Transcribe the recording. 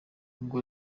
ubwo